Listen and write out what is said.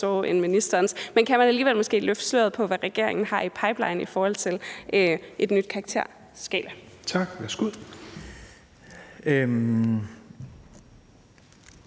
end ministerens, men kan man måske alligevel løfte sløret for, hvad regeringen har i pipelinen i forhold til en ny karakterskala? Kl. 21:49